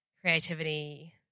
creativity